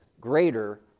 greater